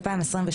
ב-2022